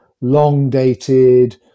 long-dated